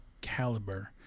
caliber